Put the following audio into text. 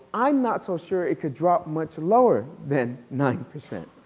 i am not so sure it could drop much lower than nine percent.